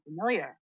familiar